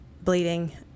bleeding